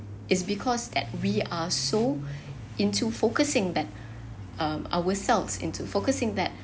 it's because that we are so into focusing that um ourselves into focusing that